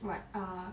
what err